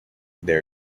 there